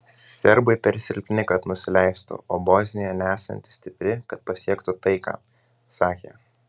serbai per silpni kad nusileistų o bosnija nesanti stipri kad pasiektų taiką sakė